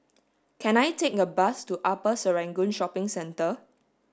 can I take a bus to Upper Serangoon Shopping Centre